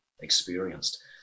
experienced